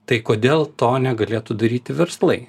tai kodėl to negalėtų daryti verslai